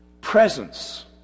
presence